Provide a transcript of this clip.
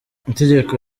itegeko